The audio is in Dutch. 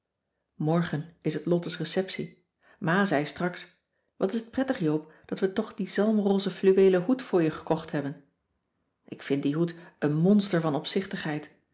morgen is het lottes receptie ma zei straks wat is het prettig joop dat we toch dien zalmrosen fluweelen hoed voor je gekocht hebben ik vind dien hoed een monster van